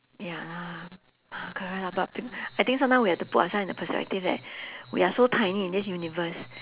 ya lah correct lah but I thi~ I think sometimes we have to put ourselves in perspective that we are so tiny in this universe